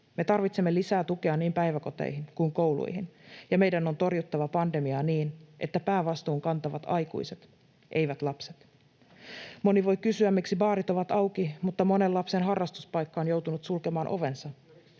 Me tarvitsemme lisää tukea niin päiväkoteihin kuin kouluihin, ja meidän on torjuttava pandemiaa niin, että päävastuun kantavat aikuiset, eivät lapset. Moni voi kysyä, miksi baarit ovat auki mutta monen lapsen harrastuspaikka on joutunut sulkemaan ovensa